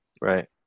Right